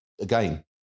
again